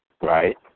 right